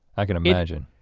i can imagine.